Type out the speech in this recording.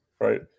right